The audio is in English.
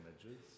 images